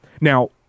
Now